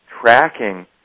tracking